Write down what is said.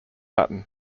latin